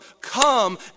come